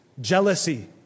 jealousy